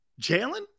Jalen